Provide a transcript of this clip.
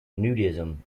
nudism